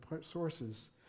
sources